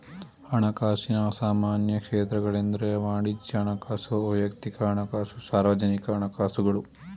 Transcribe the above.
ಹಣಕಾಸಿನ ಸಾಮಾನ್ಯ ಕ್ಷೇತ್ರಗಳೆಂದ್ರೆ ವಾಣಿಜ್ಯ ಹಣಕಾಸು, ವೈಯಕ್ತಿಕ ಹಣಕಾಸು, ಸಾರ್ವಜನಿಕ ಹಣಕಾಸುಗಳು